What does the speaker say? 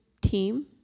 team